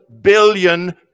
billion